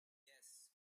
yes